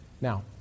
Now